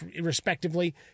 respectively